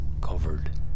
covered